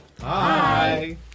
Hi